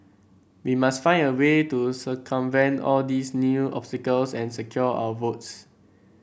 we must find a way to circumvent all these new obstacles and secure our votes